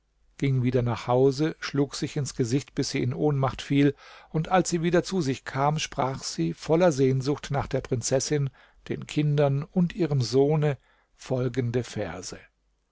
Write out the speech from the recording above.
ging wieder nach hause schlug sich ins gesicht bis sie in ohnmacht fiel und als sie wieder zu sich kam sprach sie voller sehnsucht nach der prinzessin den kindern und ihrem sohne folgende verse